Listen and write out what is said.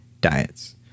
diets